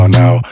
now